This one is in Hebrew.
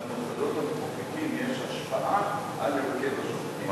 למוסדות המחוקקים יש השפעה על הרכב השופטים.